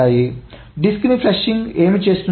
కాబట్టి డిస్క్నీ ఫ్లషింగ్ ఏమి చేస్తుందంటే